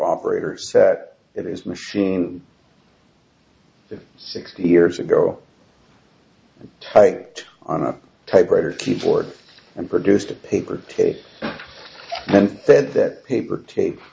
operators that it is machine that sixty years ago right on a typewriter keyboard and produced a paper tape and said that paper tape